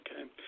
Okay